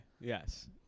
yes